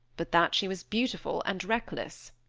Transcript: but that she was beautiful and reckless!